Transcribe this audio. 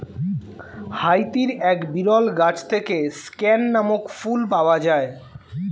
হাইতির এক বিরল গাছ থেকে স্ক্যান নামক ফুল পাওয়া যায়